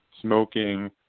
smoking